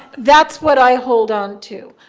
that's what i hold on to.